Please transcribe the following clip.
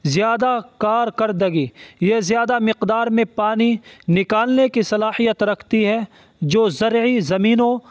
زیادہ کارکردگی یہ زیادہ مقدار میں پانی نکالنے کی صلاحیت رکھتی ہے جو زرعی زمینوں